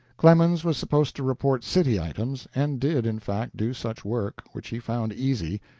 clemens was supposed to report city items, and did, in fact, do such work, which he found easy,